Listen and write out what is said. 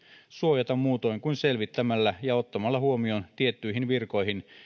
suojata muutoin kuin selvittämällä ja ottamalla huomioon tiettyihin virkoihin